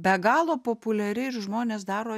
be galo populiari žmonės daro